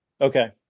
Okay